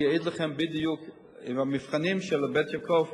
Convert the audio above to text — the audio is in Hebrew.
יעיד בדיוק אם המבחנים של "בית יעקב"